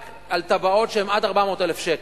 רק על תב"עות שהן עד 400,000 שקלים.